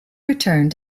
returned